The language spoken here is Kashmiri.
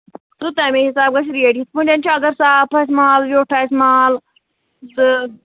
تہٕ تَمے حِسابہٕ گژھِ ریٹ یِتھ پٲٹھۍ چھُ اَگر صاف آسہِ مال ویوٚٹھ آسہِ مال تہٕ